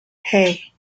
hey